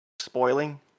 Spoiling